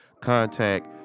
contact